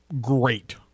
great